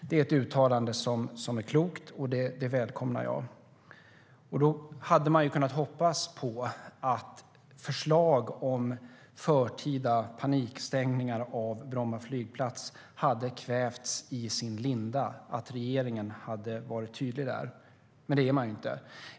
Det är ett uttalande som är klokt, och det välkomnar jag. Då hade man kunnat hoppas att förslag om förtida panikstängningar av Bromma flygplats hade kvävts i sin linda - att regeringen hade varit tydlig med det. Men det är man inte.